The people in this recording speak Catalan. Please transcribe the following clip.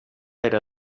era